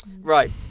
Right